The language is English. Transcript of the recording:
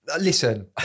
Listen